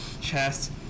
chest